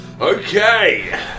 Okay